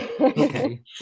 Okay